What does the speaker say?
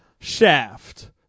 Shaft